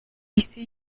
isi